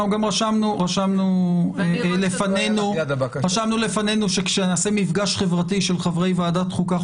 אנחנו גם רשמנו לפנינו שכשנעשה מפגש חברתי של חברי ועדת חוקה,